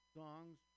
songs